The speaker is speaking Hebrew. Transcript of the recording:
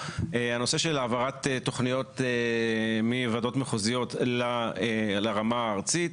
הנושא של העברת תוכניות מוועדות מחוזיות לרמה הארצית.